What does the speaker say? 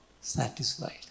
satisfied